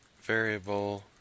variable